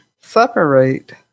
separate